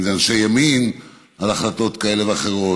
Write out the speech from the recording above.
אם זה אנשי ימין על החלטות כאלה ואחרות,